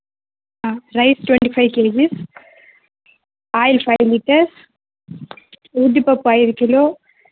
ఆ rice twenty five KGs oil five litres ఉద్దిపప్పు ఐదు కిలో